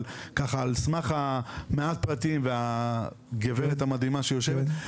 אבל ככה על סמך מעט הפרטים והגברת המדהימה שיושבת,